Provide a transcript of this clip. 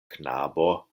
knabo